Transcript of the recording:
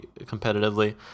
competitively